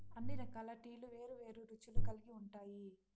అన్ని రకాల టీలు వేరు వేరు రుచులు కల్గి ఉంటాయి